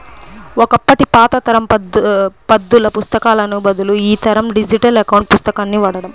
ఒకప్పటి పాత తరం పద్దుల పుస్తకాలకు బదులు ఈ తరం డిజిటల్ అకౌంట్ పుస్తకాన్ని వాడండి